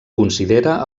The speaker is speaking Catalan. considera